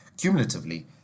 cumulatively